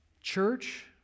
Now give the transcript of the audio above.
church